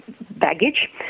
baggage